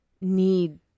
need